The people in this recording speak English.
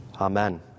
Amen